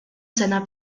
sena